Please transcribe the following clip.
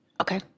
Okay